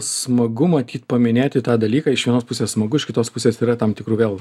smagu matyt paminėti tą dalyką iš vienos pusės smagu iš kitos pusės yra tam tikrų vėl